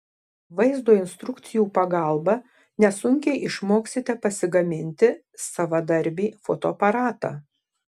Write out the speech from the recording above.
vaizdo instrukcijų pagalba nesunkiai išmoksite pasigaminti savadarbį fotoaparatą